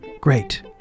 great